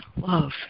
love